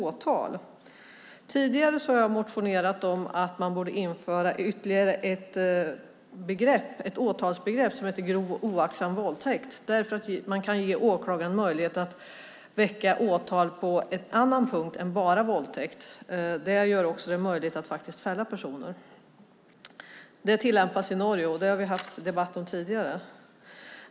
Jag har tidigare motionerat om att man borde införa ytterligare ett åtalsbegrepp, grov oaktsam våldtäkt, för att ge åklagaren möjlighet att väcka åtal på en annan punkt än bara våldtäkt. Det gör det möjligt att faktiskt fälla personer. Det tillämpas i Norge, och det har vi haft debatt om tidigare.